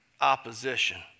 opposition